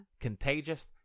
contagious